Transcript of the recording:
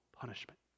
punishment